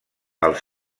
els